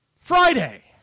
Friday